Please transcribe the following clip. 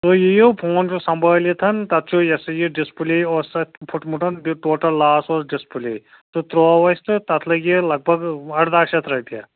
تُہۍ یِیِو فون چھُ سمبٲلِتھ تتھ چھُ یہِ سَہ یہِ ڈِسپٕلے اوس تتھ فُٹمُت بیٚیہِ ٹوٹل لاس اوس ڈِسپٕلے تہٕ ترو اَسہِ تہٕ تتھ لگے لگ بگ ارداہ شتھ رۄپیہِ